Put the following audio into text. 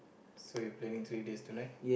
so you planning three days two night